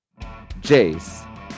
Jace